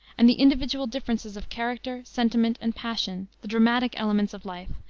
and the individual differences of character, sentiment, and passion, the dramatic elements of life,